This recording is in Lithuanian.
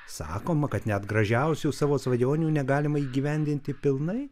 sakoma kad net gražiausių savo svajonių negalima įgyvendinti pilnai